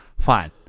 Fine